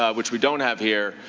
ah which we don't have here,